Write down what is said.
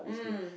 mm